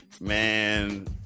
man